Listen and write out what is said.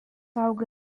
auga